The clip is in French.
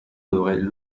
devraient